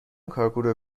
کارگروه